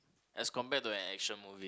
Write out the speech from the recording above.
as compared to an action movie